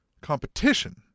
competition